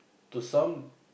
to some